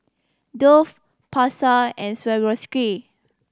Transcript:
Dove Pasar and Swarovski